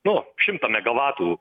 nu šimtą megavatų